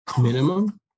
minimum